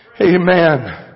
amen